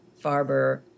Farber